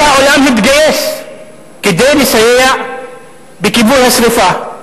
כל העולם התגייס כדי לסייע בכיבוי השרפה.